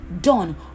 done